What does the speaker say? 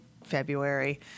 February